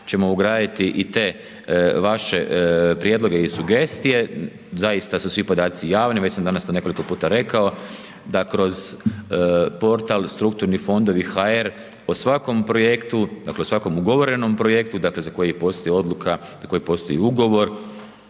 ćemo ugraditi i te vaše prijedloge i sugestije, zaista su svi podaci javni, već sam danas to nekoliko puta rekao da kroz portal strukturnifondovi.hr o svakom projektu, dakle, o svakom ugovorenom projektu, dakle, za koji postoji odluka, za koji postoji ugovor,